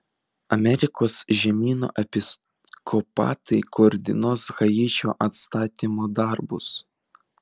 amerikos žemyno episkopatai koordinuos haičio atstatymo darbus